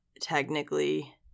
technically